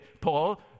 Paul